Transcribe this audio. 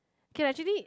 okay lah actually